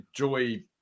enjoy